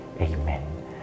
Amen